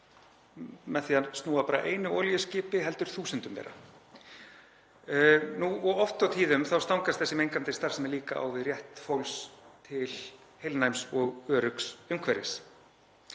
með því að snúa bara einu olíuskipi heldur þúsundum þeirra. Oft og tíðum stangast þessi mengandi starfsemi líka á við rétt fólks til heilnæms og öruggs umhverfis.